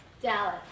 Dallas